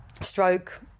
stroke